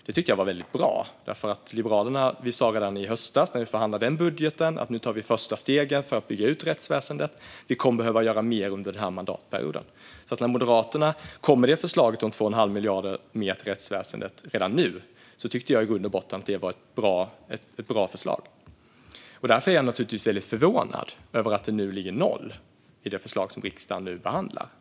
Det tyckte jag var väldigt bra, för Liberalerna sa redan i höstas när vi förhandlade den budgeten att nu tar vi de första stegen för att bygga ut rättsväsendet, och vi kommer att behöva göra mer under den här mandatperioden. När Moderaterna så kom med förslaget om 2 1⁄2 miljard mer till rättsväsendet redan nu tyckte jag i grund och botten att det var ett bra förslag. Därför är jag naturligtvis väldigt förvånad över att det ligger noll kronor i det förslag som riksdagen nu behandlar.